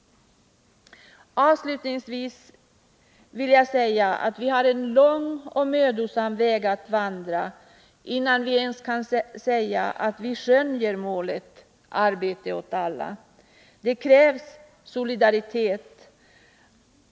Vi har en lång och mödosam väg att vandra innan vi kan säga att vi ens skönjer målet arbete åt alla. Det krävs solidaritet.